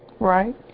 Right